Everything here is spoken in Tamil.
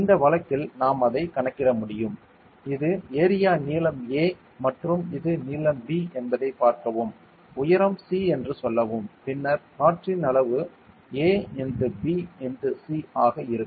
இந்த வழக்கில் நாம் அதை கணக்கிட முடியும் இது ஏரியா நீளம் a மற்றும் இது நீளம் b என்பதை பார்க்கவும் உயரம் c என்று சொல்லவும் பின்னர் காற்றின் அளவு a x b x c ஆக இருக்கும்